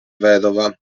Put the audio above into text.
vedova